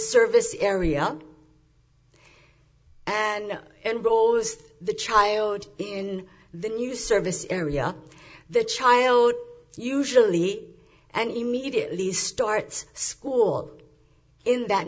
service area and role as the child in the new service area the child usually and immediately starts school in that